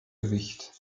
gewicht